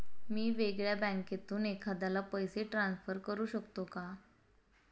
मी वेगळ्या बँकेतून एखाद्याला पैसे ट्रान्सफर करू शकतो का?